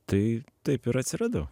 tai taip ir atsiradau